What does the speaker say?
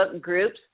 groups